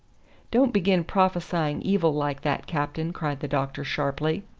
don't begin prophesying evil like that, captain, cried the doctor sharply.